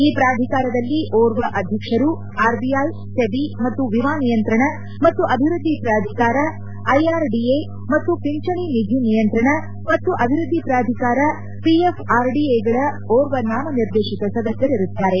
ಈ ಪ್ರಾಧಿಕಾರದಲ್ಲಿ ಒರ್ವ ಅಧ್ಯಕ್ಷರು ಆರ್ಬಿಐ ಸೆಬಿ ಮತ್ತು ವಿಮಾ ನಿಯಂತ್ರಣ ಮತ್ತು ಅಭಿವೃದ್ದಿ ಪ್ರಾಧಿಕಾರ ಐಆರ್ಡಿಎ ಮತ್ತು ಪಿಂಚಣಿ ನಿಧಿ ನಿಯಂತ್ರಣ ಹಾಗೂ ಅಭಿವೃದ್ದಿ ಪ್ರಾಧಿಕಾರ ಪಿಎಫ್ಆರ್ಡಿಎಗಳ ಒರ್ವ ನಾಮ ನಿರ್ದೇಶಿತ ಸದಸ್ಯರಿರುತ್ತಾರೆ